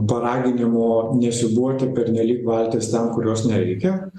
paraginimų nesiūbuoti pernelyg valties ten kur jos nereikia